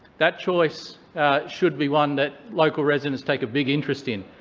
that choice should be one that local residents take a big interest in,